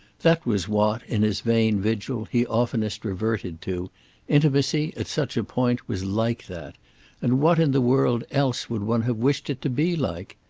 that was what, in his vain vigil, he oftenest reverted to intimacy, at such a point, was like that and what in the world else would one have wished it to be like?